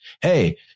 Hey